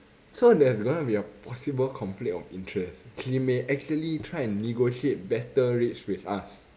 so there's gonna be a possible conflict of interest she may actually try and negotiate better rates with us